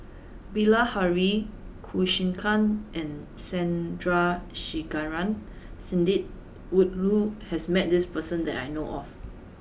Bilahari Kausikan and Sandrasegaran Sidney Woodhull has met this person that I know of